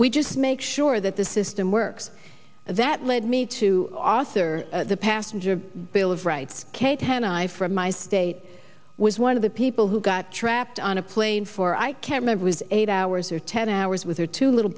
we just make sure that the system works that led me to author the passenger bill of rights kate had i from my state was one of the people who got trapped on a plane for i can't i was eight hours or ten hours with her two little